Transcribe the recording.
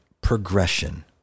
progression